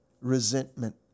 resentment